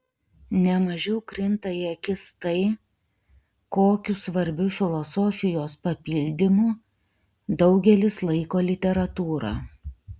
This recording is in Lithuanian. ne mažiau krinta į akis tai kokiu svarbiu filosofijos papildymu daugelis laiko literatūrą